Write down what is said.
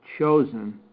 chosen